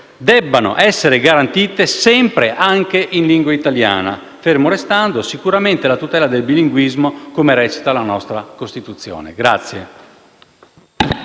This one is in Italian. debbano essere garantite sempre anche in lingua italiana, ferma restando, sicuramente, la tutela del bilinguismo, come recita la nostra Costituzione.